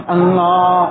Allah